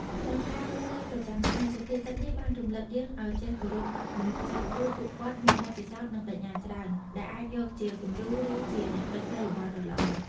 ក្នុងការរស់នៅប្រចាំថ្ងៃ សុភាសិតនេះបានរំលឹកយើងឱ្យចេះគោរពមនុស្សចាស់ ព្រោះពួកគាត់មានបទពិសោធន៍ និងប្រាជ្ញាច្រើន ដែលអាចយកជាគំរូ ឬជាអ្នកប្រឹក្សាយោបល់ដ៏ល្អ។